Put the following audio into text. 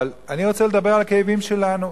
אבל אני רוצה לדבר על הכאבים שלנו.